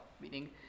Meaning